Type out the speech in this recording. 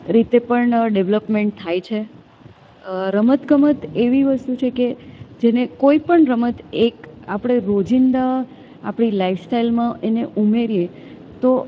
રીતે પણ ડેવલપમેન્ટ થાય છે રમતગમત એવી વસ્તુ છે કે જેને કોઈપણ રમત એક આપણે રોજિંદા આપણી લાઈફ સ્ટાઇલમાં એને ઉમેરીએ તો